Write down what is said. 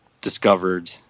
discovered